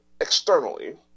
externally